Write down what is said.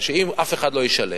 אם אף אחד לא ישלם,